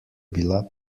bila